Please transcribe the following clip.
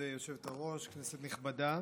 כבוד היושבת-ראש, כנסת נכבדה,